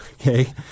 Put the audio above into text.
Okay